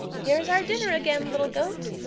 here is our dinner again, little goat.